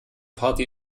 party